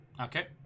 Okay